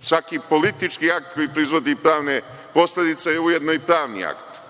Svaki politički akt koji proizvodi pravne posledice je ujedno i pravni akt,